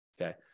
okay